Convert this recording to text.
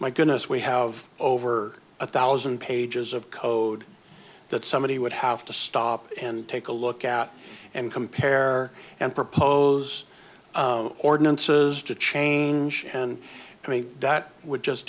my goodness we have over a thousand pages of code that somebody would have to stop and take a look at and compare and propose ordinances to change and i mean that would just